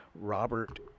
Robert